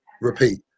repeat